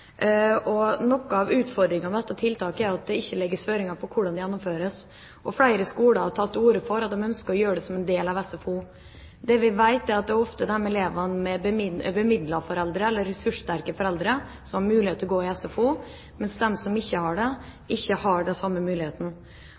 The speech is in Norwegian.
Noe av utfordringen med dette tiltaket er at det ikke legges føringer for hvordan det gjennomføres. Flere skoler har tatt til orde for at de ønsker å gjøre det som en del av SFO. Det vi vet, er at det ofte er de elevene med bemidlede foreldre, eller ressurssterke foreldre, som har mulighet til å gå på SFO, mens de som ikke har det, ikke har den samme muligheten.